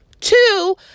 Two